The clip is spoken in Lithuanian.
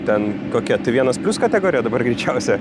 ten kokia t vienas plius kategorija dabar greičiausia